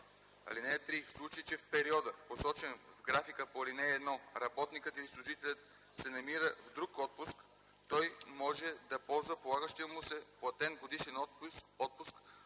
(3) В случай, че в периода, посочен в графика по ал. 1, работникът или служителят се намира в друг отпуск, той може да ползва полагащия му се платен годишен отпуск